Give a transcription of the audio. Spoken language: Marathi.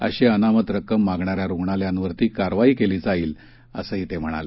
अशी अमानत रक्कम मागणाऱ्या रुग्णालयांवर कारवाई केली जाईल असंही ते म्हणाले